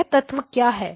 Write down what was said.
वह तत्व क्या है